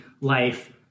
life